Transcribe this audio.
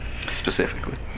specifically